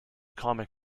comic